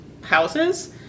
houses